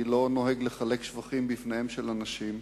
אני לא נוהג לחלק שבחים בפניהם של אנשים.